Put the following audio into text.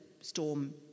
storm